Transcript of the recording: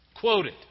quoted